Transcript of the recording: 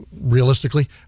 Realistically